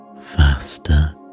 faster